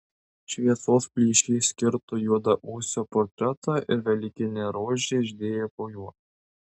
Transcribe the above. šviesos plyšys kirto juodaūsio portretą ir velykinė rožė žydėjo po juo